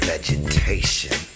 vegetation